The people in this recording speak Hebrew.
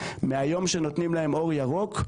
מהיום שנותנים להם אור ירוק,